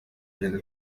ibintu